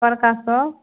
बड़कासब